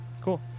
Cool